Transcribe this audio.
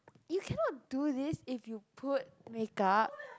you cannot do this if you put makeup